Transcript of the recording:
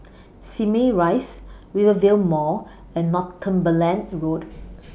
Simei Rise Rivervale Mall and Northumberland Road